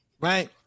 Right